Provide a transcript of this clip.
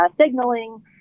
signaling